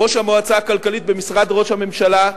ראש המועצה הכלכלית במשרד ראש הממשלה,